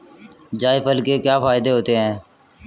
जायफल के क्या फायदे होते हैं?